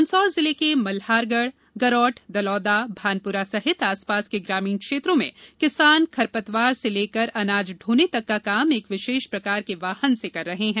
मंदसौर जिले के मल्हारगढ़ गरौठ दलौदा भानपुरा सहित आसपास के ग्रामीण क्षेत्रों में किसान खरपतवार से लेकर अनाज ढोने तक का काम एक विशेष प्रकार के वाहन से कर रहे हैं